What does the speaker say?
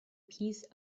piece